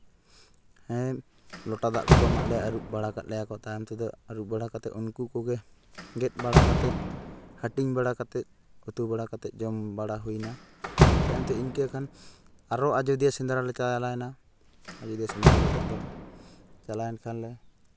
ᱞᱚᱴᱟ ᱫᱟᱜ ᱠᱚᱠᱚ ᱮᱢᱟᱜ ᱞᱮᱭᱟ ᱟᱹᱨᱩᱵ ᱵᱟᱲᱟ ᱠᱟᱫ ᱞᱮᱭᱟ ᱠᱚ ᱛᱟᱭᱚᱢ ᱛᱮᱫᱚ ᱟᱹᱨᱩᱵ ᱵᱟᱲᱟ ᱠᱟᱛᱮᱫ ᱩᱱᱠᱩ ᱠᱚᱜᱮ ᱜᱮᱫ ᱵᱟᱲᱟ ᱠᱟᱛᱮᱫ ᱦᱟᱴᱤᱧ ᱵᱟᱲᱟ ᱠᱟᱛᱮᱫ ᱩᱛᱩ ᱵᱟᱲᱟ ᱠᱟᱛᱮᱫ ᱡᱚᱢ ᱵᱟᱲᱟ ᱦᱩᱭᱱᱟ ᱛᱟᱭᱚᱢᱛᱮ ᱤᱱᱠᱟᱹ ᱠᱷᱟᱱ ᱟᱨᱚ ᱟᱡᱚᱫᱤᱭᱟᱹ ᱥᱮᱸᱫᱽᱨᱟ ᱞᱮ ᱪᱟᱞᱟᱣᱱᱟ ᱟᱡᱚᱫᱤᱭᱟᱹ ᱥᱮᱸᱫᱽᱨᱟ ᱠᱟᱛᱮᱫ ᱫᱚ ᱪᱟᱞᱟᱣᱮᱱ ᱠᱷᱟᱱ ᱞᱮ